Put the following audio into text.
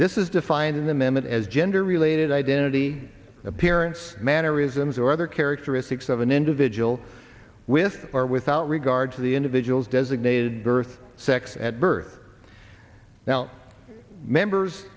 this is defined in the minute as gender related identity appearance mannerisms or other characteristics of an individual with or without regard to the individual's designated birth sex at birth now members